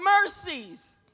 mercies